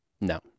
No